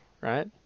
right